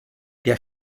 der